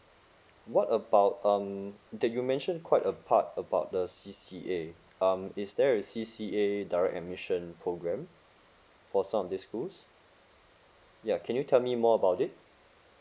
what about um that you mention quite a part about the C_C_A um is there a C_C_A direct admission program for some of this schools ya can you tell me more about it